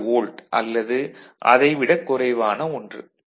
2 volt அல்லது அதை விட குறைவான ஒன்று